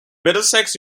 middlesex